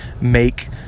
make